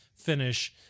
finish